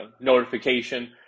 notification